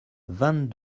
vingt